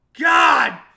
god